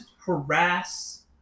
harass